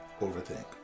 overthink